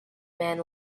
man